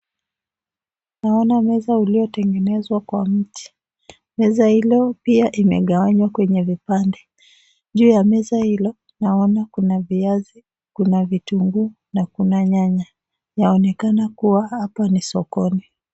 Tunaona meza iliyotengenezwa kwa mti, meza hilo pia imegewanywa kwenye vipande. Juu ya meza hilo tunaona kuna viazi, kuna vitunguu na kuna nyanya. Yaonekana kuwa hapo ni sokoni.